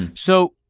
so,